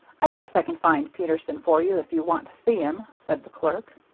i guess i can find peterson for you if you want to see him, said the clerk.